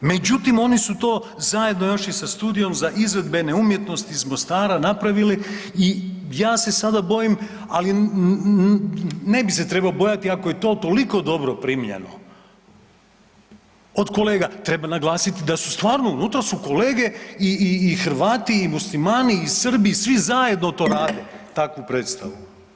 Međutim, oni su to zajedno još i sa studijom za izvedbene umjetnosti iz Mostara napravili i ja se sada bojim, ali ne bi se trebao bojati ako je to toliko dobro primljeno od kolege, treba naglasiti da su stvarno unutra su kolege i Hrvati i Muslimani i Srbi svi zajedno to rade, takvu predstavu.